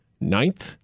ninth